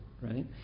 right